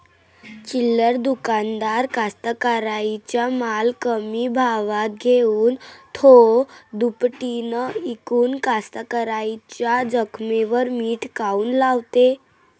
चिल्लर दुकानदार कास्तकाराइच्या माल कमी भावात घेऊन थो दुपटीनं इकून कास्तकाराइच्या जखमेवर मीठ काऊन लावते?